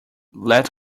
let